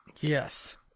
Yes